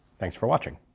thanks for watching.